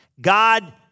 God